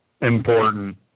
important